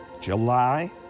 July